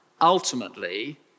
Ultimately